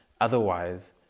Otherwise